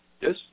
Yes